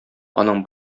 аның